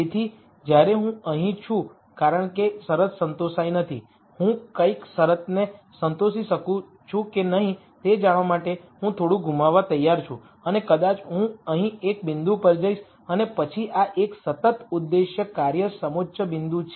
તેથી જ્યારે હું અહીં છું કારણ કે શરત સંતોષાઈ નથી હું કંઇક શરતને સંતોષી શકું છું કે નહીં તે જાણવા માટે હું થોડું ગુમાવવા તૈયાર છું અને કદાચ હું અહીં એક બિંદુ પર જઈશ અને પછી આ એક સતત ઉદ્દેશ કાર્ય સમોચ્ચ બિંદુ છે